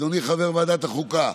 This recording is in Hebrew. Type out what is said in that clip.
ואדוני חבר ועדת החוקה,